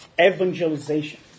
evangelization